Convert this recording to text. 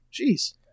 Jeez